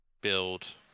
build